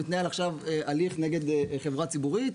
מתנהל עכשיו הליך נגד חברה ציבורית.